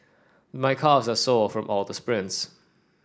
my calves are sore from all the sprints